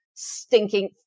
stinking